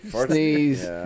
Sneeze